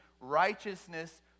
righteousness